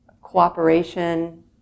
cooperation